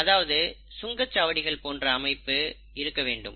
அதாவது சுங்க சாவடிகள் போன்ற அமைப்பு இருக்க வேண்டும்